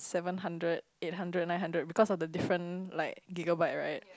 seven hundred eight hundred nine hundred because of the different like gigabyte right